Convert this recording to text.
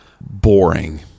boring